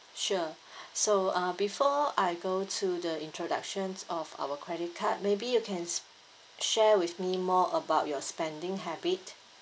sure so uh before I go to the introductions of our credit card maybe you can share with me more about your spending habit